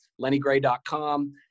lennygray.com